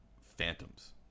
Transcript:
Phantoms